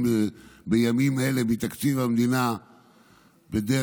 בימים אלה מתקציב המדינה בדרך-לא-דרך,